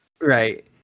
right